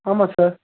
ஆமாம் சார்